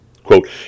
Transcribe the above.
Quote